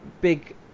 big